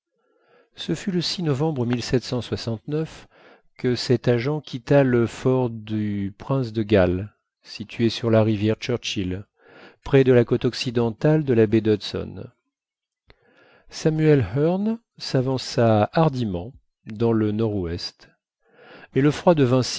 ce fut le novembre que cet agent quitta le fort du princede galles situé sur la rivière churchill près de la côte occidentale de la baie d'hudson samuel hearne s'avança hardiment dans le nord-ouest mais le froid devint